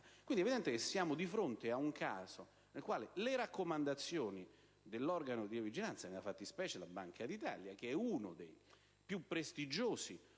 Banca. È evidente che ci troviamo di fronte a un caso in cui le raccomandazioni dell'organo di vigilanza, nella fattispecie la Banca d'Italia, uno dei più prestigiosi